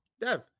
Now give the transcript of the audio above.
Dev